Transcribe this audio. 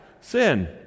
sin